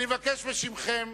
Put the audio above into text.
אני מבקש בשמכם,